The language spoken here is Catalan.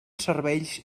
serveis